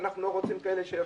שאנחנו לא רוצים כאלה.